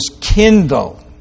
kindled